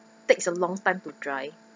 takes a long time to dry